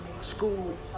School